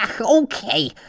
okay